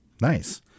Nice